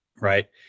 right